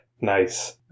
Nice